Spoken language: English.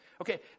Okay